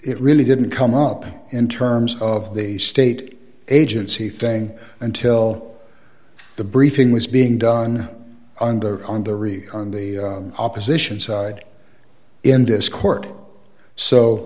it really didn't come up in terms of the state agency thing until the briefing was being done under on the reef on the opposition side in this court so